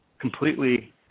completely